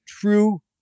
true